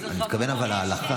אבל אני מתכוון להלכה.